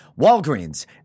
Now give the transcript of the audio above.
Walgreens